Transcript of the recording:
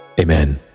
amen